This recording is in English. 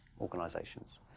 organisations